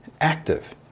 active